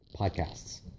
podcasts